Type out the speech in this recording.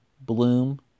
bloom